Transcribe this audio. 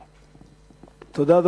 תודה.